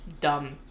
dumb